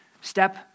Step